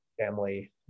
family